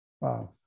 wow